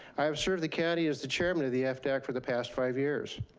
i have served the county as the chairman of the fdac for the past five years.